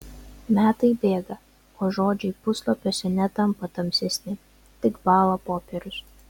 metai bėga o žodžiai puslapiuose netampa tamsesni tik bąla popierius